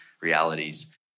realities